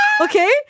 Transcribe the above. Okay